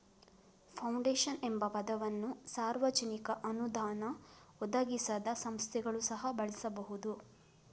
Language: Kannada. ಫೌಂಡೇಶನ್ ಎಂಬ ಪದವನ್ನು ಸಾರ್ವಜನಿಕ ಅನುದಾನ ಒದಗಿಸದ ಸಂಸ್ಥೆಗಳು ಸಹ ಬಳಸಬಹುದು